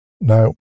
Now